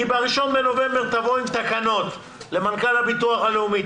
כי ב-1 בנובמבר תבוא עם תקנות למנכ"ל הביטוח הלאומי.